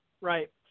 Right